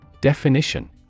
Definition